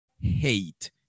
hate